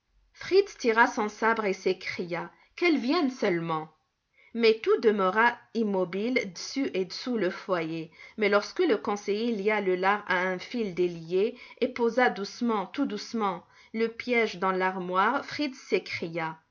fritz tira son sabre et s'écria qu'elles viennent seulement mais tout demeura immobile dessus et dessous le foyer mais lorsque le conseiller lia le lard à un fil délié et posa doucement tout doucement le piége dans l'armoire fritz s'écria